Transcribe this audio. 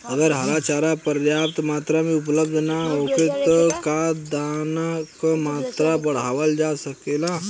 अगर हरा चारा पर्याप्त मात्रा में उपलब्ध ना होखे त का दाना क मात्रा बढ़ावल जा सकेला?